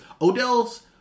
Odell's